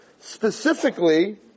Specifically